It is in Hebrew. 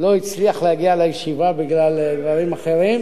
אני בהחלט רוצה לפתוח בכך שאני